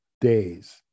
days